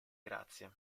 grazie